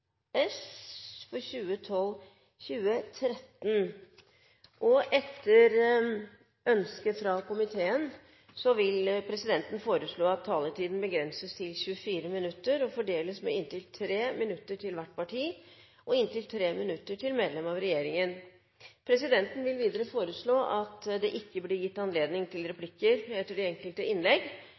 settepresident for dagens møte. Etter ønske fra justiskomiteen vil presidenten foreslå at taletiden begrenses til 45 minutter og fordeles med inntil 10 minutter til saksordfører, inntil 5 minutter til hvert av de øvrige partiene og inntil 5 minutter til medlem av regjeringen. Videre vil presidenten foreslå at det gis anledning til replikkordskifte på inntil tre replikker med svar etter innlegg